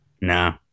no